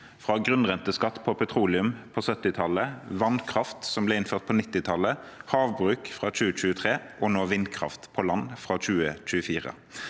fra grunnrenteskatt på petroleum på 1970-tallet, på vannkraft, som ble innført på 1990-tallet, på havbruk fra 2023 – og nå på vindkraft på land, fra 2024.